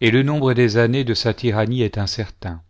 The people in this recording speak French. et le nombre des années de sa tyrannie est incertain